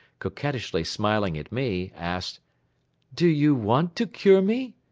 coquettishly smiling at me, asked do you want to cure me?